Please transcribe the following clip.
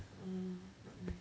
mm not really